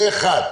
זה אחד.